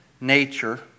nature